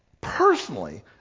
personally